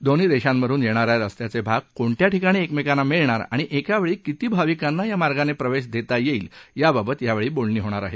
दोन्ही देशांमधून येणाऱ्या रस्त्याचे भाग कोणत्या ठिकाणी एकमेकांना मिळणार आणि एकावेळी किती भाविकांना या मार्गाने प्रवेश देता येईल याबाबत यावेळी बोलणी होणार आहेत